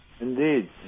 Indeed